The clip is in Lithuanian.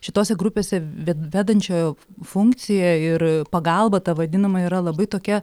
šitose grupėse ve vedančiojo funkcija ir pagalba ta vadinama yra labai tokia